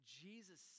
jesus